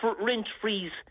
rent-freeze